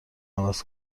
عوض